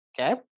Okay